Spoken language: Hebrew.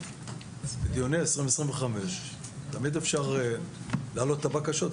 בדיוני 2025 תמיד אפשר להעלות את הבקשות.